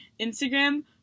Instagram